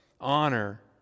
honor